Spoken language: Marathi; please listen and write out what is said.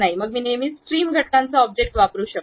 मग मी नेहमीच ट्रिम घटकांचा ऑब्जेक्ट वापरू शकतो